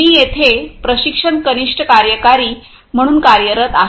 मी येथे प्रशिक्षण कनिष्ठ कार्यकारी म्हणून कार्यरत आहे